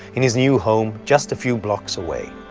in his new home just a few blocks away.